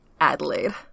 Adelaide